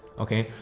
okay.